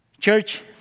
Church